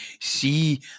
See